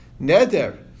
neder